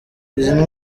izindi